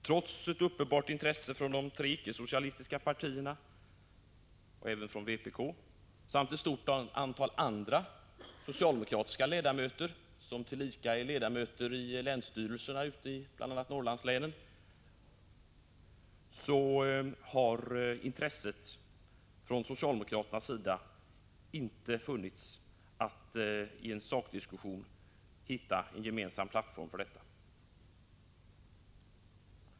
Trots ett uppenbart intresse från de tre icke-socialistiska partierna och från vpk samt från ett stort antal socialdemokratiska riksdagsledamöter som tillika är ledamöter i länsstyrelserna i bl.a. Norrlandslänen, har intresset från socialdemokraternas sida inte funnits för att i en sakdiskussion hitta en gemensam plattform.